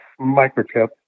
microchip